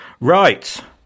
right